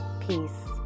Peace